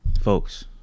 folks